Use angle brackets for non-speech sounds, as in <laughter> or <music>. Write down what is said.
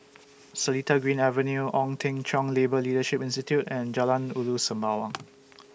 <noise> Seletar Green Avenue Ong Teng Cheong Labour Leadership Institute and Jalan Ulu Sembawang